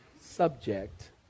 subject